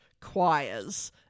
choirs